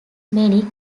many